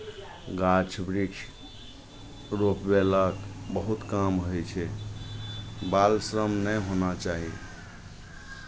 गाछ वृक्ष रोपवयलक बहुत काम होइ छै बालश्रम नहि होना चाही